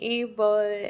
able